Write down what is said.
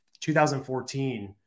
2014